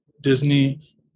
Disney